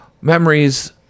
memories